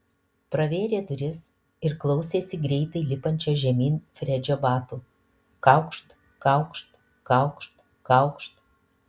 pravėrė duris ir klausėsi greitai lipančio žemyn fredžio batų kaukšt kaukšt kaukšt kaukšt